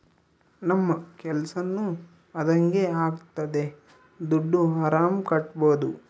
ನಮ್ ಕೆಲ್ಸನೂ ಅದಂಗೆ ಆಗ್ತದೆ ದುಡ್ಡು ಆರಾಮ್ ಕಟ್ಬೋದೂ